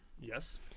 Yes